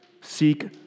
seek